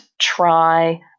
try